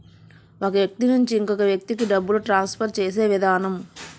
ఒక వ్యక్తి నుంచి ఇంకొక వ్యక్తికి డబ్బులు ట్రాన్స్ఫర్ చేసే విధానం